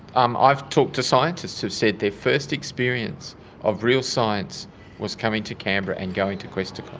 um i've talked to scientists who've said their first experience of real science was coming to canberra and going to questacon.